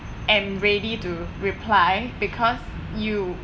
and ready to reply because you